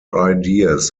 ideas